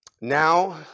Now